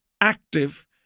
active